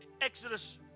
Exodus